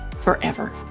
forever